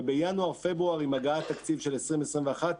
ובינואר פברואר עם הגעת תקציב של 2021,